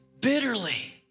bitterly